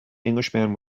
englishman